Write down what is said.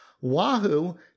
Wahoo